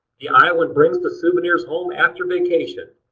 the iowan brings the souvenirs home after vacation.